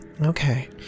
Okay